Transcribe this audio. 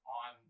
on